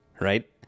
right